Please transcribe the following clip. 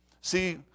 See